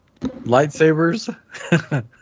lightsabers